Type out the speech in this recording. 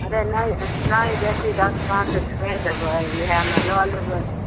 अरे नहि हइ नहि बेसी दस पाँच छोड़ि देबै इएहमे लऽ लेबै